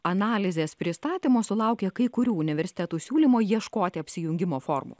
analizės pristatymo sulaukė kai kurių universitetų siūlymo ieškoti apsijungimo formų